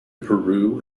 peru